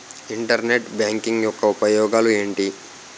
Internet banking యెక్క ఉపయోగాలు ఎంటి?